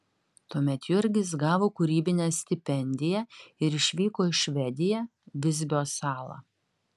tuomet jurgis gavo kūrybinę stipendiją ir išvyko į švediją visbio salą